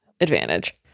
advantage